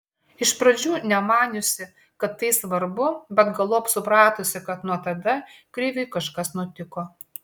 iš pradžių nemaniusi kad tai svarbu bet galop supratusi kad nuo tada kriviui kažkas nutiko